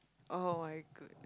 oh-my-good~